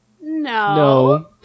No